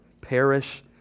perish